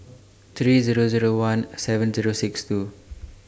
three Zero Zero one seven Zero six two